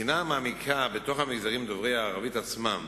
בחינה מעמיקה בתוך המגזרים דוברי הערבית עצמם,